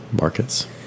markets